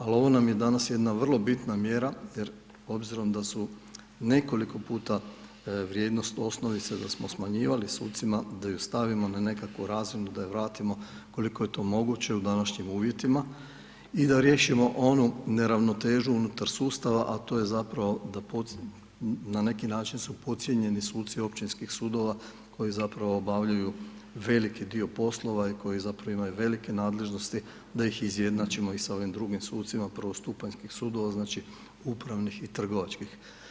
Ali ovo nam je danas jedna vrlo bitna mjera jer obzirom da su nekoliko puta vrijednost osnovice da smo smanjivali sucima da ih stavimo na nekakvu razinu, da im vratimo koliko je to moguće u današnjim uvjetima i da riješimo onu neravnotežu unutar sustava, a to je zapravo da, na neki način su podcijenjeni suci općinskih sudova koji zapravo obavljaju veliki dio poslova i koji zapravo imaju velike nadležnosti da ih izjednačimo i sa ovim drugim sucima prvostupanjskih sudova, znači upravnih i trgovačkih.